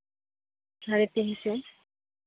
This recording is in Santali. ᱥᱟᱲᱮ ᱛᱤᱱᱥᱚ